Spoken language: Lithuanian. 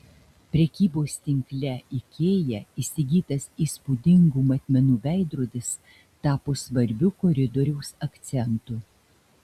prekybos tinkle ikea įsigytas įspūdingų matmenų veidrodis tapo svarbiu koridoriaus akcentu